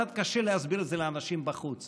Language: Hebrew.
קצת קשה להסביר את זה לאנשים בחוץ,